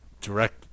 direct